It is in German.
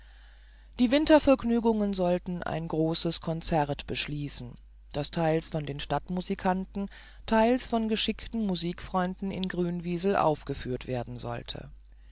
die wintervergnügungen sollte ein großes konzert beschließen das teils von den stadtmusikanten teils von geschickten musikfreunden in grünwiesel aufgeführt werden sollte